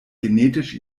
genetisch